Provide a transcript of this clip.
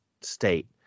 state